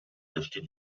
d’acheter